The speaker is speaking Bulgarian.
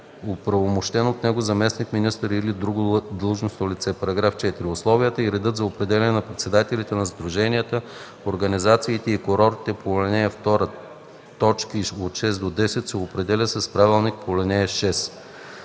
оправомощен от него заместник-министър или друго длъжностно лице. (4) Условията и редът за определяне на представителите на сдруженията, организациите и курортите по ал. 2, т. 6-10